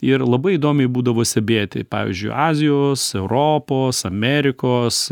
ir labai įdomiai būdavo stebėti pavyzdžiui azijos europos amerikos